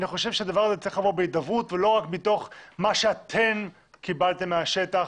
אני חושב שהדבר הזה צריך לבוא בהידברות ולא רק מה שאתם קיבלתם מהשטח,